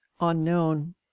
unknown